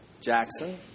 Jackson